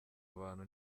abantu